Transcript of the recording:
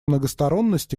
многосторонности